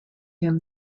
him